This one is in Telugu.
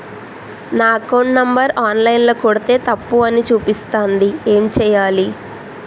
నా అకౌంట్ నంబర్ ఆన్ లైన్ ల కొడ్తే తప్పు అని చూపిస్తాంది ఏం చేయాలి?